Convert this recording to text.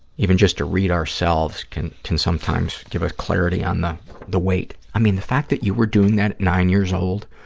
even just to read ourselves, can can sometimes give us clarity on the the weight. i mean, the fact that you were doing that at nine years old